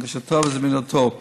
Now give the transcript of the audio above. הנגשתו וזמינותו.